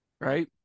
right